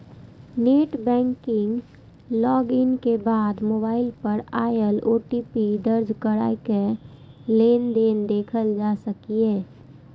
net banking log in के बाद mobile पर आयल ओ.टी.पी दर्ज कैरके लेनदेन देखल जा सकैए